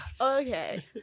Okay